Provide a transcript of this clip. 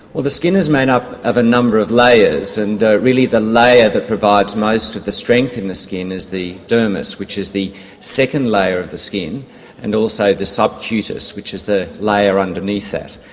well the skin is made up of a number of layers and ah really the layer that provides most of the strength in the skin is the dermis, which is the second layer of the skin and also the subcutis which is the layer underneath that.